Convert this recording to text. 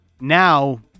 now